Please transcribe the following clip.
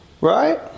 Right